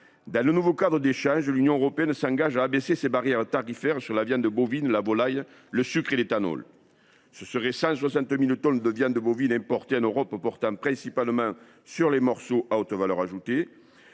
Dans le nouveau cadre d’échanges, l’Union européenne s’engage à abaisser ses barrières tarifaires sur la viande bovine, la volaille, le sucre et l’éthanol. Quelque 160 000 tonnes de viande bovine, principalement des morceaux à haute valeur ajoutée,